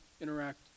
interact